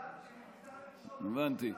אדוני,